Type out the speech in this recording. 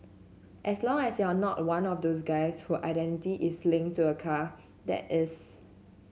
as long as you're not one of those guys who identity is linked to a car that is